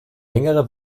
längere